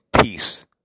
Peace